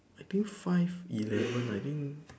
I think five eleven I think